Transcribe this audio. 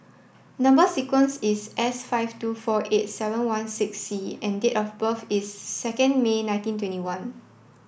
number sequence is S five two four eight seven one six C and date of birth is second May nineteen twenty one